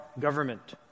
government